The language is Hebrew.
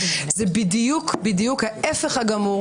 זה בדיוק ההפך הגמור